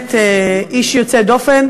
באמת איש יוצא דופן,